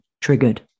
triggered